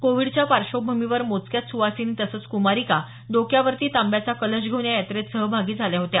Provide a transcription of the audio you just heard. कोविडच्या पार्श्वभूमीवर मोजक्याच सुवासिनी तसंच कुमारिका डोक्यावरती तांब्याचा कलश घेऊन या यात्रेत सहभागी झाल्या होत्या